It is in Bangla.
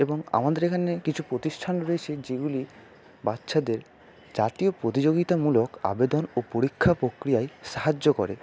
এবং আমাদের এখানে কিছু প্রতিষ্ঠান রয়েছে যেগুলি বাচ্চাদের জাতীয় প্রতিযোগিতামূলক আবেদন ও পরীক্ষা প্রক্রিয়ায় সাহায্য করে